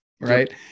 Right